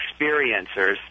experiencers